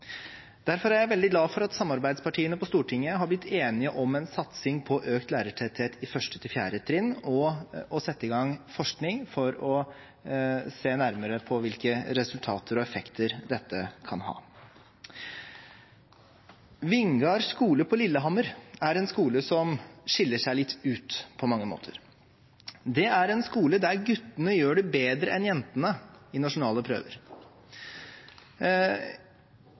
Derfor er jeg veldig glad for at samarbeidspartiene på Stortinget er blitt enige om en satsing på økt lærertetthet på første til fjerde trinn og å sette i gang forskning for å se nærmere på hvilke resultater og effekter dette kan ha. Vingar skole på Lillehammer er en skole som skiller seg litt ut på mange måter. Det er en skole der guttene gjør det bedre enn jentene på nasjonale prøver.